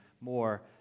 more